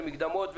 למקדמות,